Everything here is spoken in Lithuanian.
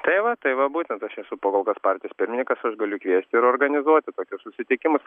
tai va tai va būtent aš esu pakol kas partijos pirmininkas aš galiu kviesti ir organizuoti tokius susitikimus